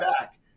back